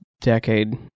decade